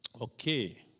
Okay